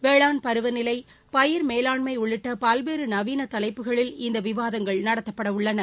வேளாண் பருவநிலை பயிர் மேலாண்மை உள்ளிட்ட பல்வேறு நவீன தலைப்புகளில் இந்த விவாதங்கள் நடத்தப்படவுள்ளது